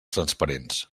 transparents